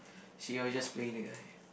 she will just playing the guy